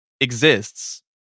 exists